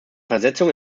versetzung